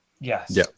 yes